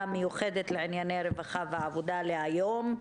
המיוחדת לענייני רווחה ועבודה להיום,